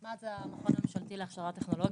(הצגת מצגת) מה"ט זה המכון הממשלתי להכשרה טכנולוגית.